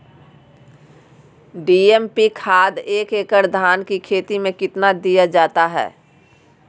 DAP खाद एक एकड़ धान की खेती में कितना दीया जाता है?